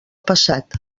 passat